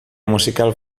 musical